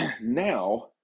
Now